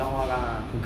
not all lah